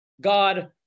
God